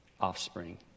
offspring